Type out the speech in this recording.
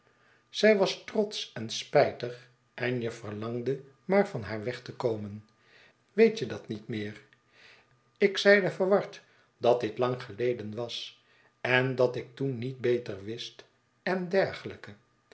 zij was trotsch en spijtig en je verlangde maar van haar weg te komen weet je dat niet meer ik zeide verward dat dit lang geleden was en dat ik toen niet beter wist en dergelijke